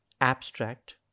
abstract